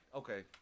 okay